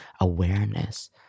awareness